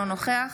אינו נוכח